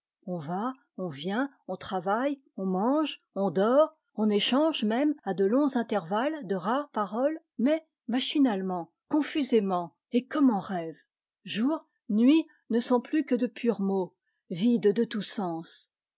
on va on vient on travaille on mange on dort on échange même à de longs intervalles de rares paroles mais machinalement confusément et comme en rêve jour nuit ne sont plus que de purs mots vides de tout sens